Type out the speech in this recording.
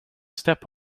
step